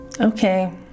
Okay